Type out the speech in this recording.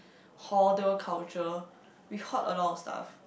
hoarder culture we hoard a lot of stuff